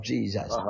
Jesus